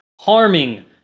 harming